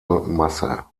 masse